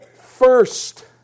first